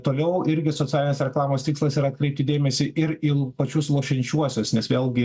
toliau irgi socialinės reklamos tikslas yra atkreipti dėmesį ir į pačius lošiančiuosius nes vėlgi